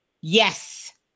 Yes